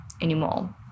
anymore